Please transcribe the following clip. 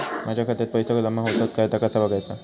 माझ्या खात्यात पैसो जमा होतत काय ता कसा बगायचा?